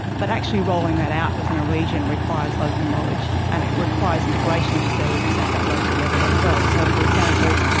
but actually rolling that out within a region requires local knowledge, and it requires integration of services at that local level as well. so, for example,